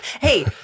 hey